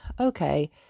okay